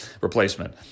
replacement